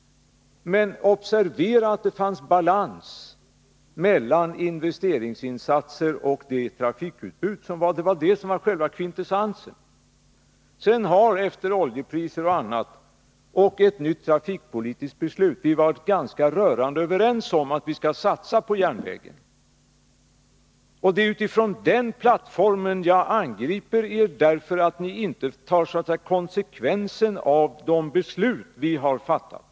Men observera att det fanns balans mellan investeringsinsatser och trafikutbud. Det var själva kvintessensen i vår politik. Sedan har vi efter oljeprishöjningar och annat och efter ett nytt trafikpolitiskt beslut varit rörande överens om att satsa på järnvägen. Det är från den plattformen som jag angriper er för att ni inte tar konsekvenserna av de beslut som vi har fattat.